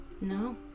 No